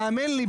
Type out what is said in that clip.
האמן לי,